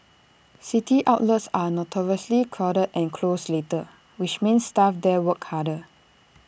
city outlets are notoriously crowded and close later which means staff there work harder